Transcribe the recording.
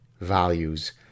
values